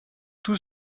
tout